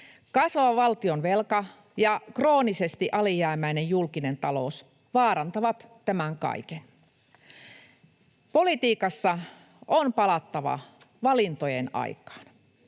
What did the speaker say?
Kasvava valtionvelka ja kroonisesti alijäämäinen julkinen talous vaarantavat tämän kaiken. Politiikassa on palattava valintojen aikaan.